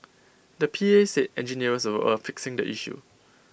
the P A said engineers were A fixing the issue